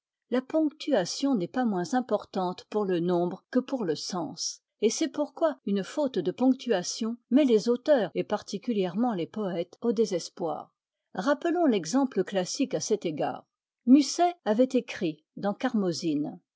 la ponctuation n'est pas moins importante pour le nombre que pour le sens et c'est pourquoi une faute de ponctuation met les auteurs et particulièrement les poètes au désespoir rappelons l'exemple classique à cet égard musset avait écrit dans